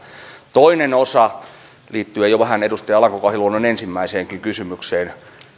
toinen osa liittyen jo vähän edustaja alanko kahiluodon ensimmäiseenkin kysymykseen